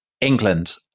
England